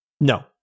No